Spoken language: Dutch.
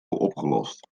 opgelost